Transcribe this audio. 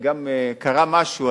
קרה משהו,